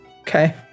Okay